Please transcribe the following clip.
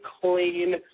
clean